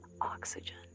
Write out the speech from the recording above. oxygen